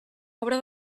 obra